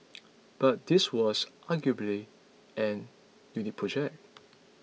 but this was arguably an unique project